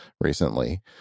recently